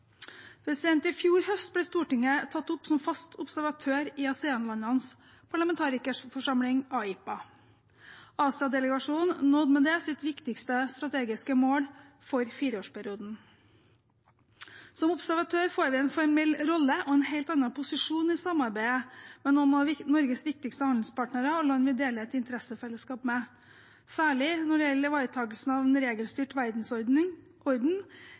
I fjor høst ble Stortinget tatt opp som fast observatør i ASEAN-landenes parlamentarikerforsamling, AIPA. Asia-delegasjonen nådde med det sitt viktigste strategiske mål for fireårsperioden. Som observatør får vi en formell rolle og en helt annen posisjon i samarbeidet med noen av Norges viktigste handelspartnere og land vi deler et interessefellesskap med, særlig når det gjelder ivaretakelsen av en regelstyrt